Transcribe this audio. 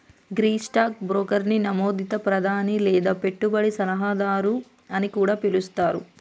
గీ stock బ్రోకర్ని నమోదిత ప్రతినిధి లేదా పెట్టుబడి సలహాదారు అని కూడా పిలుస్తారు